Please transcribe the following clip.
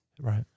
right